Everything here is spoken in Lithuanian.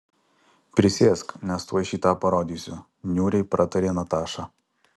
prisėsk nes tuoj šį tą parodysiu niūriai pratarė nataša